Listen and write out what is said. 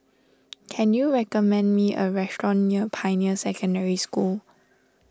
can you recommend me a restaurant near Pioneer Secondary School